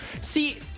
See